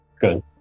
Good